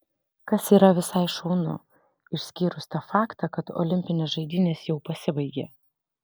kas yra visai šaunu išskyrus tą faktą kad olimpinės žaidynės jau pasibaigė